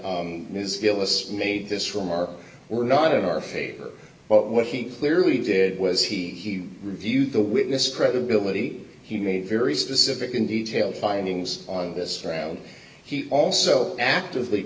gillis made this remark were not in our favor but what he clearly did was he reviewed the witness credibility he made very specific in detail findings on this round he also actively